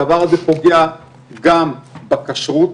הדבר הזה פוגע גם בכשרות,